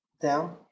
down